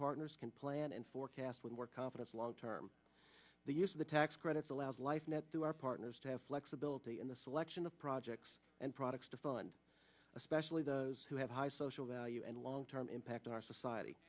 partners can plan and forecast with more confidence long term the use of the tax credits allows life met through our partners to have flexibility in the selection of projects and products to fun especially those who have high social value and long term impact on our society